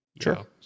Sure